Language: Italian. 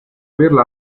averlo